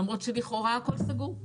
למרות שלכאורה הכול סגור.